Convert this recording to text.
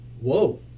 whoa